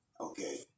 okay